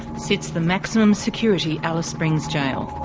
sits the maximum security alice springs jail.